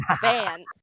fan